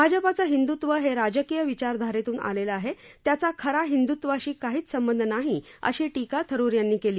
भाजपाचं हिंदुत्व हे राजकीय विचार धारेतून आलेलं आहे त्याचा खऱ्या हिंद्रत्वाशी काहीच संबंध नाही अशी टीका थरूर यांनी केली